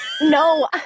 No